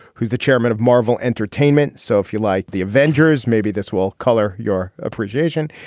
who's the chairman of marvel entertainment. so if you like the avengers, maybe this will color your appreciation.